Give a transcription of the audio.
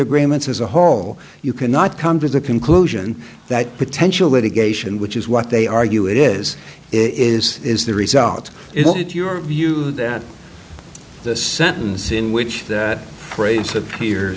agreements as a whole you cannot come to the conclusion that potential litigation which is what they argue it is is is the result is that your view that the sentence in which that phrase